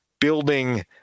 building